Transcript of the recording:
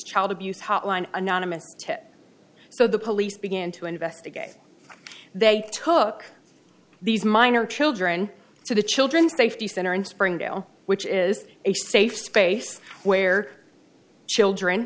child abuse hotline anonymous tip so the police began to investigate they took these minor children to the children's safety center in springdale which is a safe space where children